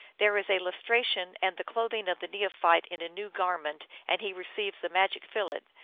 there is a lustration and the clothing the neophyte in a new garment, and he receives the magic fillet,